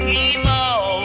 evil